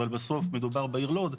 אבל בסוף מדובר בעיר לוד,